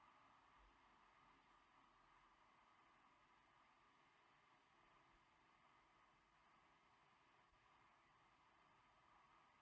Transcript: yeuh